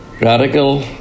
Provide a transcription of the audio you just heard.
radical